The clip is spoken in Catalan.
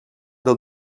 del